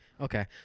Okay